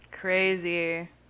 Crazy